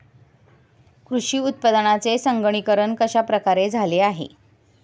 कृषी उत्पादनांचे संगणकीकरण कश्या प्रकारे झाले आहे?